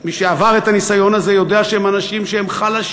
מי שעבר את הניסיון הזה יודע שהם אנשים חלשים,